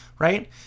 Right